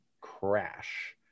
crash